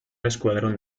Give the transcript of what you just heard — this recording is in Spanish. escuadrón